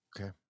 Okay